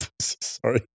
Sorry